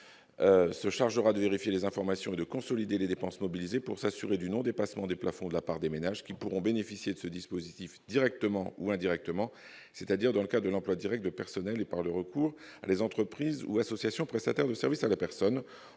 se chargera de vérifier les informations et de consolider les dépenses mobilisées pour s'assurer du non-dépassement des plafonds de la part des ménages, qui pourront bénéficier de ce dispositif directement ou indirectement, c'est-à-dire dans le cadre de l'emploi direct de personnel ou par le recours à des entreprises ou associations prestataires de services à la personne.